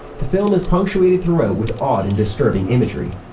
the film is punctuated throughout with odd and disturbing imagery,